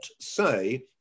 say